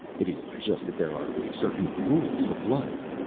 it is just that there are certain rules of life.